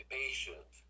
patient